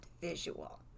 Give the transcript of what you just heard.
visual